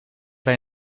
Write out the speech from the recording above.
bij